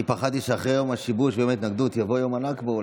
אני פחדתי שאחרי יום השיבוש ויום ההתנגדות יבוא יום הנכבה,